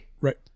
right